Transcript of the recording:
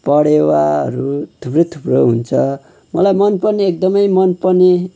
परेवाहरू थुप्रो थुप्रो हुन्छ मलाई मनपर्ने एकदमै मनपर्ने